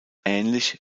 ähnlich